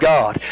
God